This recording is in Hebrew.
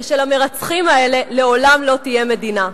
ושלמרצחים האלה לעולם לא תהיה מדינה.